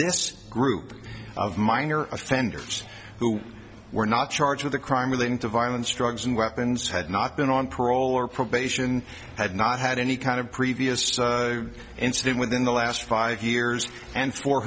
this group of minor offenders who were not charged with a crime relating to violence drugs and weapons had not been on parole or probation had not had any kind of previous incident within the last five years and for